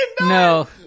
No